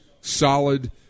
solid